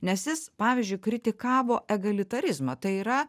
nes jis pavyzdžiui kritikavo egalitarizmą tai yra